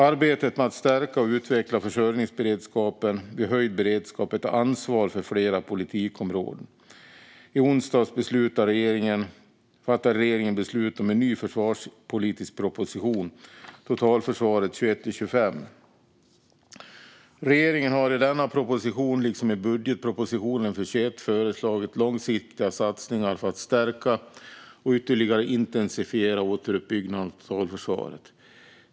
Arbetet med att stärka och utveckla försörjningsberedskapen vid höjd beredskap är ett ansvar för flera politikområden. I onsdags fattade regeringen beslut om en ny försvarspolitisk proposition, Totalförsvaret 2021 - 2025 . Regeringen har i denna proposition, liksom i budgetpropositionen för 2021, föreslagit långsiktiga satsningar för att stärka och ytterligare intensifiera återuppbyggnaden av totalförsvaret.